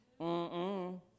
mm-mm